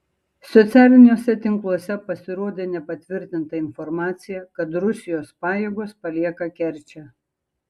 socialiniuose tinkluose pasirodė nepatvirtinta informacija kad rusijos pajėgos palieka kerčę